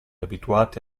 abituati